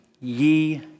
ye